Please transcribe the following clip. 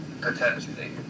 Potentially